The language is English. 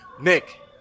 Nick